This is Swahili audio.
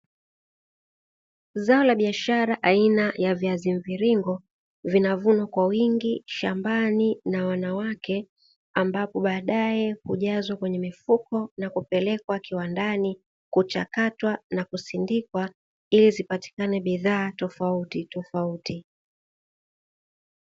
Mazao ya biashara aina ya viazi mviringo vinavunwa kwa wingi shambani na wanawake, ambapo baadaye hujazwa kwenye mifuko na kupelekwa kiwandani kuchakatwa na kusindikwa ili zipatikane bidhaa tofauti tofauti.